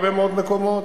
אלא בהרבה מאוד מקומות.